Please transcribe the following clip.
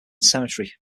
cemetery